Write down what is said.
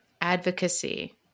advocacy